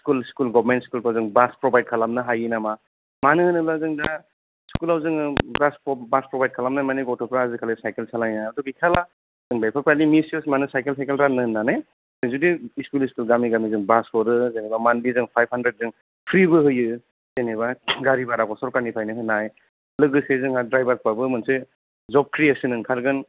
school government स्कुलखौ जों bus provide खालामनो हायो नामा मानो होनोब्ला जों दा स्कुलाव जोङो बास प्रबाइद बास प्रबाइद खालामनो माने गथ'फ्रा आजि खालि सायकेल सालायनाया थ' गैखाला जों बेफोरबायदि मिस इउस मानो सायकेल थाइकेल राननो होननानै जुदि स्कुल स्कुल गामि गामि जेन'बा बास हरो मान्टलि जों पाइभ हान्द्रेद फ्रि बो होयो जेन'बा गारि भाराखौ सरखारनिफ्राय होनाय लोगोसे जोंहा द्रायबारफ्राबो मोनसे जब क्रियेसोन ओंखारगोन